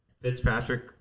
Fitzpatrick